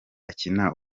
akina